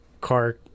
car